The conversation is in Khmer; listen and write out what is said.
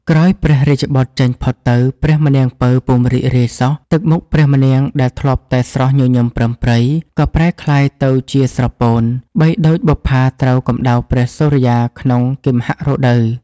ក្រោយព្រះរាជបុត្រចេញផុតទៅ ព្រះម្នាង ពៅ ពុំរីករាយសោះ ទឹកមុខព្រះម្នាងដែលធ្លាប់តែស្រស់ញញឹមប្រិមប្រិយ ក៏ប្រែក្លាយទៅជាស្រពោន បីដូចបុប្ផាត្រូវកម្ដៅព្រះសុរិយាក្នុងគិម្ហៈរដូវ ។